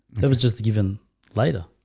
that was just given later